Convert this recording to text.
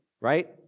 right